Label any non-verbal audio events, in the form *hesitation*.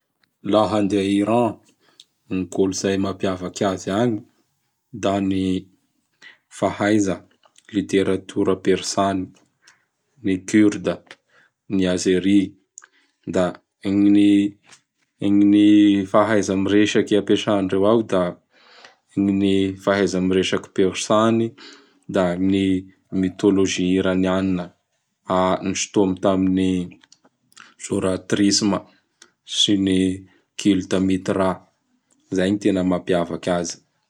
Laha handeha Iran, gn kolotsay mampiavaky azy agny da ny fahaiza Literatiora Persany, ny Curde, *noise* ny Azery, da gn- *noise* ny-gn-ny fahaiza miresaky ampiasandreo ao da *noise* gn ny fahaiza-miresaky Persany; *noise* da ny mitôlozy Irainianina *hesitation* nisotomony tamin'ny Zôratrisma sy kulta Mitra. Zay gny tena mampiavaky azy.